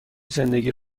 زندگی